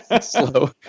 Slow